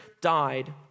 died